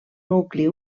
nucli